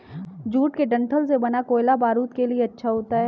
jute के डंठल से बना कोयला बारूद के लिए अच्छा होता है